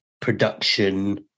production